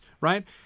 right